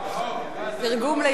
תרגום לעברית.